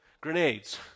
Grenades